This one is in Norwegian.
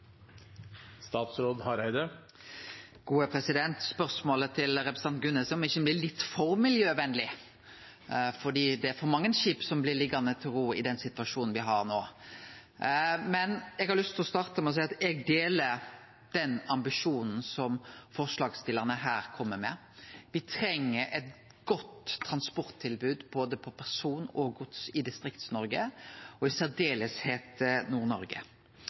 om me ikkje har blitt for miljøvenleg, fordi det er for mange skip som blir liggande i ro i den situasjonen me har nå. Eg har lyst til å starte med å seie at eg deler den ambisjonen som forslagsstillarane kjem med. Me treng eit godt transporttilbod både på person og gods i Distrikts-Noreg, og særleg i